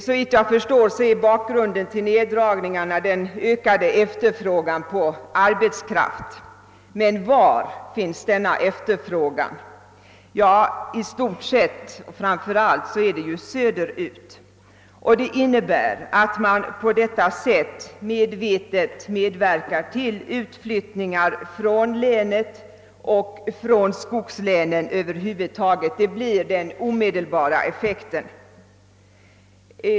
Såvitt jag förstår är bakgrunden till nedskärningarna den ökade efterfrågan på arbetskraften, men var finns den? Jo, den finns framför allt söderut i landet. Detta innebär att man medvetet medverkar till en utflyttning från mitt hemlän och från skogslänen över huvud taget. Det blir den omedelbara effekten.